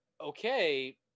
Okay